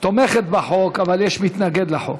תומכת בחוק, אבל יש מתנגד לחוק.